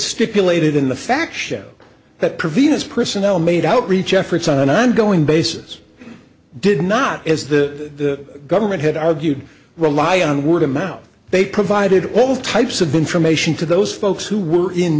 stipulated in the fact show that previous personnel made outreach efforts on an ongoing basis did not as the government had argued rely on word of mouth they provided all types of information to those folks who were in